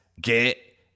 get